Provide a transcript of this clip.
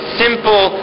simple